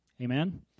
Amen